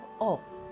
up